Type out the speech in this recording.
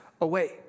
away